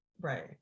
Right